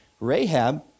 Rahab